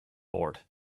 board